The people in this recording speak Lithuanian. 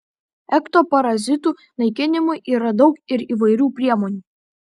ekto parazitų naikinimui yra daug ir įvairių priemonių